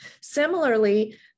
Similarly